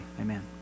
amen